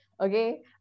okay